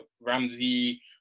Ramsey